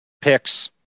picks